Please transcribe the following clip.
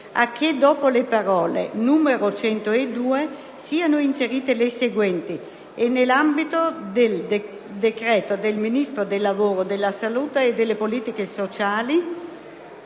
a che dopo le parole: "n. 102," siano inserite le seguenti: "e nell'ambito del decreto del Ministro del lavoro, della salute e delle politiche sociali